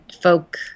folk